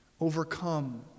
overcome